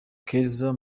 keza